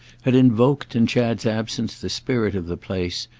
had invoked, in chad's absence, the spirit of the place,